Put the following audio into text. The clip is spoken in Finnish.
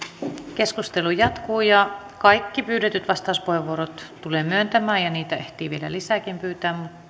keskustelu jatkuu ja kaikki pyydetyt vastauspuheenvuorot tulen myöntämään ja niitä ehtii vielä lisääkin pyytää